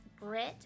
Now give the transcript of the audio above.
grit